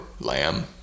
Lamb